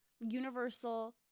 universal